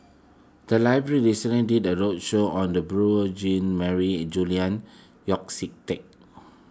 the library recently did a roadshow on the Beurel Jean Marie and Julian Yeo See Teck